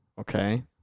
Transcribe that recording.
Okay